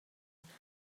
that